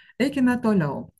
eikime toliau